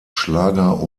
schlager